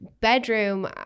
bedroom